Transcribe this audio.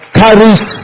carries